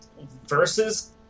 versus